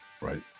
Right